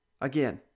Again